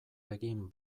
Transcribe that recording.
egin